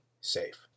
safe